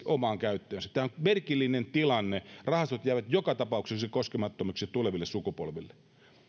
omaan käyttöönsä tämä on merkillinen tilanne rahastot jäävät joka tapauksessa koskemattomiksi tuleville sukupolville